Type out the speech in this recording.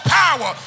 power